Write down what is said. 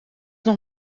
nog